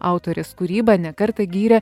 autorės kūrybą ne kartą gyrė